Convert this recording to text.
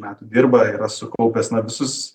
metų dirba yra sukaupęs na visus